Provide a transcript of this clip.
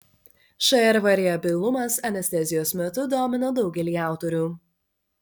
šr variabilumas anestezijos metu domino daugelį autorių